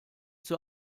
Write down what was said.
zur